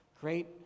great